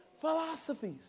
philosophies